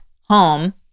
home